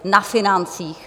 Na financích.